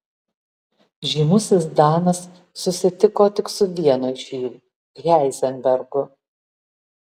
žymusis danas susitiko tik su vienu iš jų heizenbergu